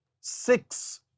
six